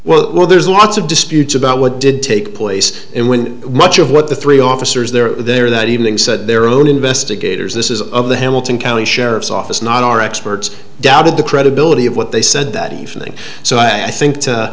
place well there's lots of disputes about what did take place and when much of what the three officers there are there that evening said their own investigators this is of the hamilton county sheriff's office not our experts doubted the credibility of what they said that evening so i think